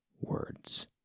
words